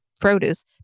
produce